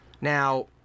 Now